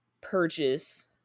purchase –